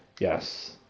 Yes